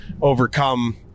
overcome